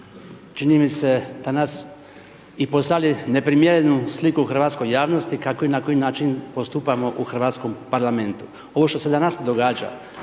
čini mi se danas i poslali neprimjerenu sliku hrvatskoj javnosti kako i na koji način postupamo u hrvatskome Parlamentu. Ovo što se danas događa,